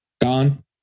Gone